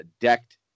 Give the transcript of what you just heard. Decked